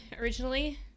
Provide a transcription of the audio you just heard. originally